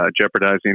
jeopardizing